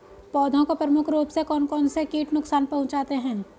पौधों को प्रमुख रूप से कौन कौन से कीट नुकसान पहुंचाते हैं?